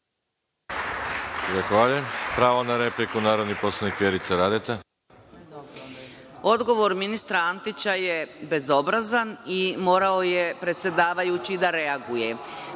Odgovor ministra Antića je bezobrazan i morao je predsedavajući da reaguje.